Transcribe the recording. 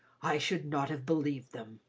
i should not have believed them.